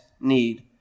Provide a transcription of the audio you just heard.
need